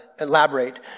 elaborate